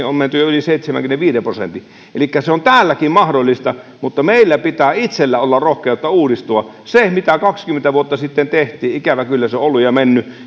on menty jo yli seitsemänkymmenenviiden prosentin elikkä se on täälläkin mahdollista mutta meillä pitää itsellä olla rohkeutta uudistua se mitä kaksikymmentä vuotta sitten tehtiin ikävä kyllä on ollut ja mennyt